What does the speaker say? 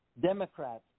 Democrats